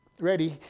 ready